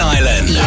Island